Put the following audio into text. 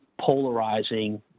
polarizing